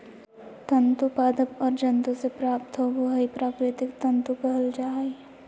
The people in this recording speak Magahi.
तंतु पादप और जंतु से प्राप्त होबो हइ प्राकृतिक तंतु कहल जा हइ